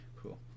Cool